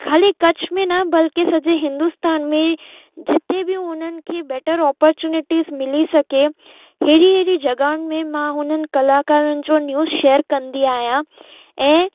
खाली कच्छ में न बल्कि सॼे हिंदुस्तान में जिते बि उन्हनि खे बैटर औपॉर्चुनिटीस मिली सघे अहिड़ी अहिड़ी जॻहियुनि में मां हुननि कलाकारनि जो न्यूस शेयर कंदी आहियां ऐं